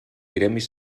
gremis